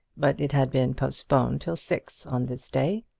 but it had been postponed till six on this day,